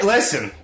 Listen